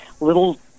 little